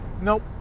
nope